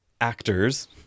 actors